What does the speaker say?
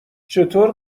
چطور